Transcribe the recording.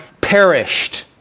perished